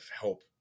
help